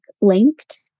linked